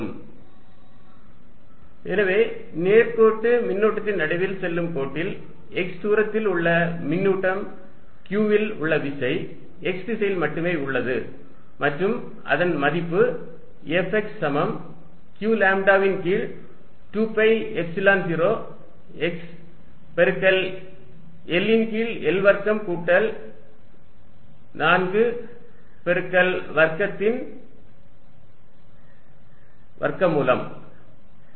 Fy qλ4π0 L2L2ydyx2y2320 எனவே நேர்கோட்டு மின்னூட்டத்தின் நடுவில் செல்லும் கோட்டில் x தூரத்தில் உள்ள மின்னூட்டம் q இல் உள்ள விசை x திசையில் மட்டுமே உள்ளது மற்றும் அதன் மதிப்பு Fx சமம் q லாம்ப்டாவின் கீழ் 2 பை எப்சிலன் 0 x பெருக்கல் L ன் கீழ் L வர்க்கம் கூட்டல் 4 x வர்க்கத்தின் வர்க்கமூலம் ஆகும்